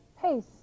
pace